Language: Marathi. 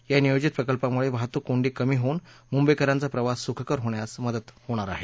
या नियोजित प्रकल्पामुळे वाहतुक कोंडी कमी होऊन मुंबईकरांचा प्रवास सुखकर होण्यास मदत होणार आहे